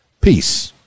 Peace